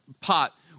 pot